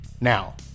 Now